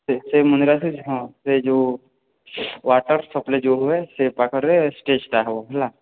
ସେ ସେଇ ମନ୍ଦିର ଅଛି ହଁ ସେଇ ଯୋଉ ୱାଟର୍ ସପ୍ଲାଇ ଯୋଉ ହୁଏ ସେ ପାଖରେ ଷ୍ଟେଜ୍ଟା ହେବ ହେଲା